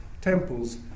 temples